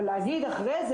אבל להגיד אחרי זה,